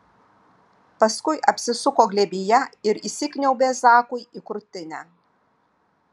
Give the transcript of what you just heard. paskui apsisuko glėbyje ir įsikniaubė zakui į krūtinę